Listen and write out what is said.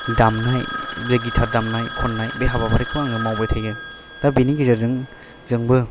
दामनाय बे गिथार दामनाय खननाय बे हाबाफारिखौ आङो मावबाय थायो दा बिनि गेजेरजों जोंबो